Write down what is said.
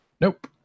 Nope